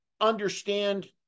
understand